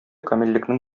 камиллекнең